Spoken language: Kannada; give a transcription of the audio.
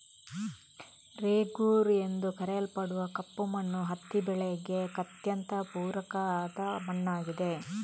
ರೇಗೂರ್ ಎಂದು ಕರೆಯಲ್ಪಡುವ ಕಪ್ಪು ಮಣ್ಣು ಹತ್ತಿ ಬೆಳೆಗೆ ಅತ್ಯಂತ ಪೂರಕ ಆದ ಮಣ್ಣಾಗಿದೆ